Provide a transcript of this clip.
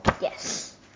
Yes